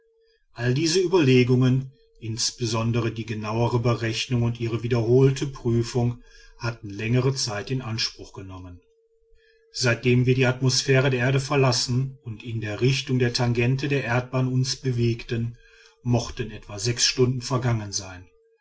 alle diese überlegungen insbesondere die genauere berechnung und ihre wiederholte prüfung hatten längere zeit in anspruch genommen seitdem wir die atmosphäre der erde verlassen und in der richtung der tangente der erdbahn uns bewegten mochten etwa sechs stunden vergangen sein